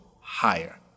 higher